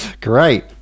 Great